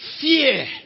fear